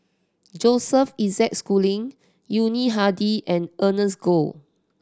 Joseph Isaac Schooling Yuni Hadi and Ernest Goh